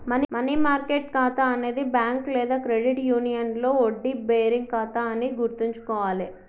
money market ఖాతా అనేది bank లేదా క్రెడిట్ యూనియన్లో వడ్డీ బేరింగ్ ఖాతా అని గుర్తుంచుకోవాలే